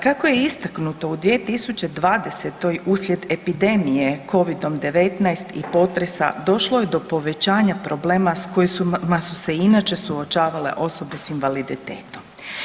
Kako je istaknuto u 2020. uslijed epidemije Covidom-19 i potresa došlo je do povećanja problema s kojima su se i inače suočavale osobe s invaliditetom.